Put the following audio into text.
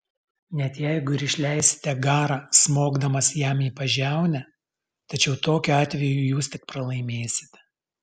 net jeigu ir išleisite garą smogdamas jam į pažiaunę tačiau tokiu atveju jūs tik pralaimėsite